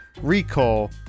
recall